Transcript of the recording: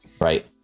right